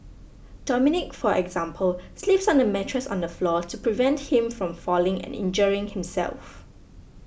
Dominic for example sleeps on a mattress on the floor to prevent him from falling and injuring himself